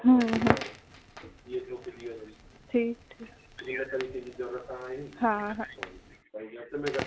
ठीकु ठीकु हा हा